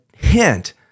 hint